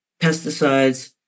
pesticides